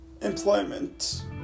employment